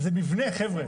זה מבנה, חבר'ה.